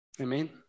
Amen